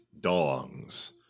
dongs